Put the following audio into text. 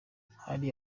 hari